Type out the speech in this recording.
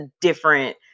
different